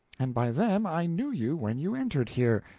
and by them i knew you when you entered here.